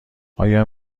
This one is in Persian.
آیا